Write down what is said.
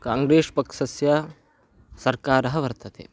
Congress पक्षस्य सर्कारः वर्तते